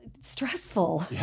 stressful